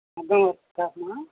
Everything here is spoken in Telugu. అర్థమవుతుందా అమ్మా